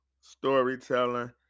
storytelling